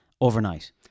overnight